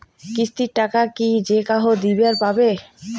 কিস্তির টাকা কি যেকাহো দিবার পাবে?